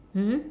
mmhmm